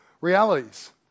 realities